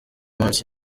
munsi